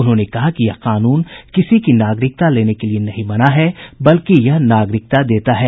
उन्होंने कहा कि यह कानून किसी की नागरिकता लेने के लिए नहीं बना है बल्कि यह नागरिकता देता है